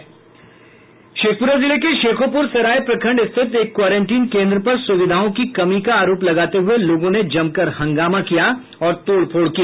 शेखपुरा जिले के शेखोपुर सराय प्रखंड स्थित एक क्वारेंटीन केन्द्र पर सुविधाओं की कमी का आरोप लगाते हुए लोगों ने जमकर हंगामा और तोड़फोड़ किया